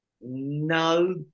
No